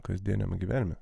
kasdieniame gyvenime